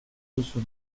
duzu